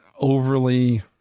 overly